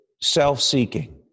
self-seeking